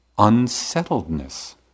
unsettledness